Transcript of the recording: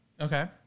Okay